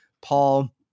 Paul